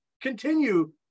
continue